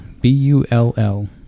B-U-L-L